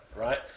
right